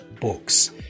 books